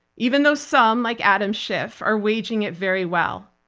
even though some, like adam schiff, are waging it very well.